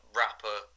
rapper